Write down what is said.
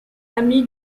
ami